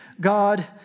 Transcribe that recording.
God